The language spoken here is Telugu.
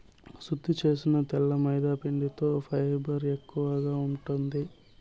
శుద్ది చేసిన తెల్ల మైదాపిండిలో ఫైబర్ ఎక్కువగా ఉండదు